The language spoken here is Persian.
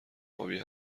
ابی